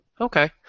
Okay